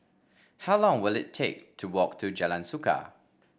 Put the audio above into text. how long will it take to walk to Jalan Suka